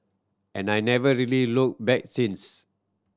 and I never really look back since